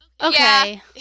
Okay